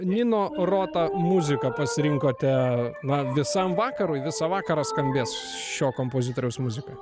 nino roto muziką pasirinkote na visam vakarui visą vakarą skambės šio kompozitoriaus muzika